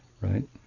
Right